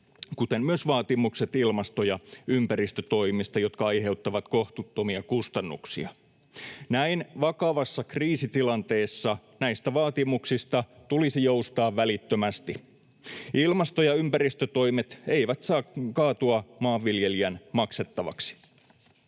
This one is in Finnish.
kuten myös vaatimukset ilmasto- ja ympäristötoimista, jotka aiheuttavat kohtuuttomia kustannuksia. Näin vakavassa kriisitilanteessa näistä vaatimuksista tulisi joustaa välittömästi. Ilmasto- ja ympäristötoimet eivät saa kaatua maanviljelijän maksettavaksi.